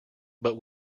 but